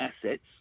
assets